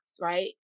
right